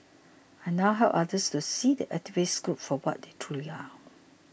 I now help others to see the activist group for what they truly are